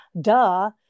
duh